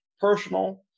personal